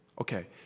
Okay